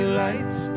lights